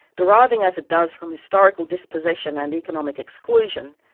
deriving as it does from historical dispossession and economic exclusion,